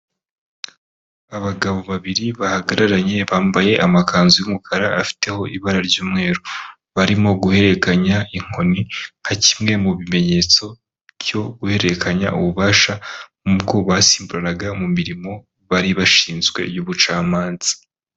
Abagabo babiri bahagararanye bambaye amakanzu y'umukara afiteho ibara ry'umweru, barimo guhererekanya inkoni nka kimwe mu bimenyetso cyo guhererekanya ububasha ubwo basimburaga mu mirimo bari bashinzwe y'ubucamanza.